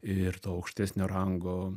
ir to aukštesnio rango